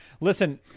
listen